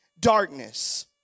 darkness